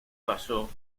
basó